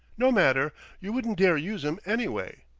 no matter you wouldn't dare use em anyway.